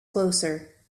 closer